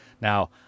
Now